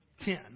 Ten